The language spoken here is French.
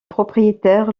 propriétaire